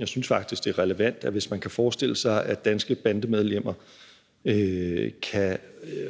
jeg synes faktisk, det er relevant, at hvis man kan forestille sig, at danske bandemedlemmer,